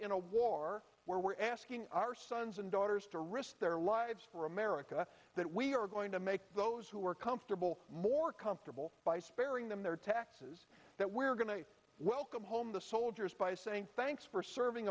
in a war where we're asking our sons and daughters to risk their lives for america that we are going to make those who are comfortable more comfortable by sparing them their taxes that we're going to welcome home the soldiers by saying thanks for serving